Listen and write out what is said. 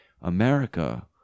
America